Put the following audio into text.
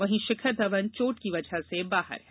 वहीं शिखर धवन चोट की वजह से बाहर है